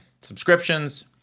subscriptions